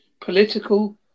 Political